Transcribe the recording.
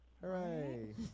Hooray